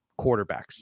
quarterbacks